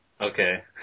Okay